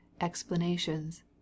explanations